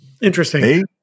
interesting